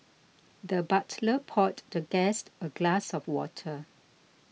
the butler poured the guest a glass of water